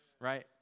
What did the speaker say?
right